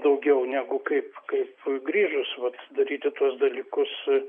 daugiau negu kaip kaip grįžus vat daryti tuos dalykus